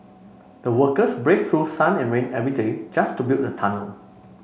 the workers braved through sun and rain every day just to build the tunnel